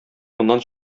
моннан